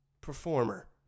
performer